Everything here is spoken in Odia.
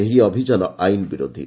ଏହି ଅଭିଯାନ ଆଇନ୍ ବିରୋଧୀ